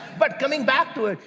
but coming back to it,